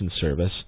Service